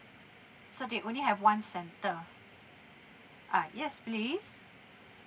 so they only have one centre ah yes please